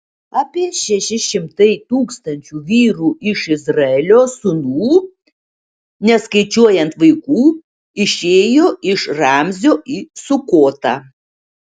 apie šeši šimtai tūkstančių vyrų iš izraelio sūnų neskaičiuojant vaikų išėjo iš ramzio į sukotą